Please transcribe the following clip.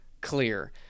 clear